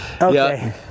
Okay